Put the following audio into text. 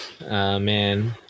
man